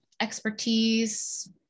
expertise